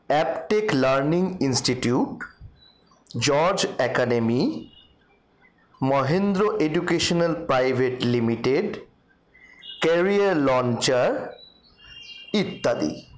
Aptech learning institute George academy Mahendra educational private limited career launcher ইত্যাদি